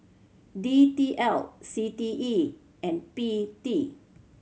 D T L C T E and P T